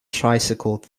tricycle